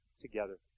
together